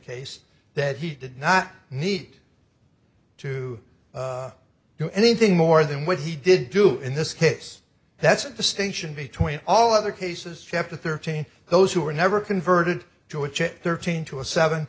case that he did not need to do anything more than when he did do in this case that's a distinction between all other cases chapter thirteen those who were never converted to a chip thirteen to a seven